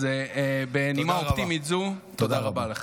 אז בנימה אופטימית זו, תודה רבה לך.